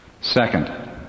Second